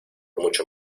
mucho